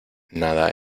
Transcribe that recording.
nada